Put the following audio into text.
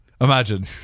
Imagine